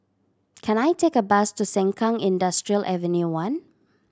can I take a bus to Sengkang Industrial Avenue One